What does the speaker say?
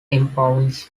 impounds